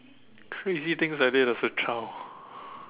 crazy things that I did as a child